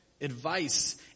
advice